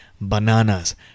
bananas